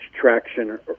traction